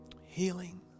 healing